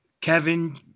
Kevin